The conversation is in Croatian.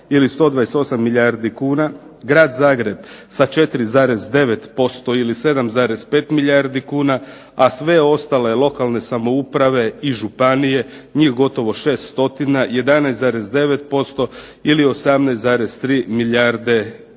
ili 128 milijardi kuna. Grad Zagreb sa 4,9% ili 7,5 milijardi kuna, a sve ostale lokalne samouprave i županije njih gotovo 600 11,9% ili 18,3 milijarde kuna.